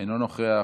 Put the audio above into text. אינו נוכח,